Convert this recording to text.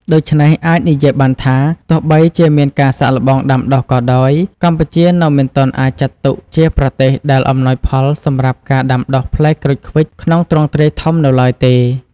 ដូច្នេះអាចនិយាយបានថា ទោះបីជាមានការសាកល្បងដាំដុះក៏ដោយ កម្ពុជានៅមិនទាន់អាចចាត់ទុកជាប្រទេសដែលអំណោយផលសម្រាប់ការដាំដុះផ្លែក្រូចឃ្វិចក្នុងទ្រង់ទ្រាយធំនៅឡើយទេ។